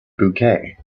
bouquet